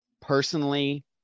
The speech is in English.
Personally